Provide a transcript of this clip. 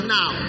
now